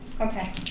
Okay